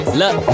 look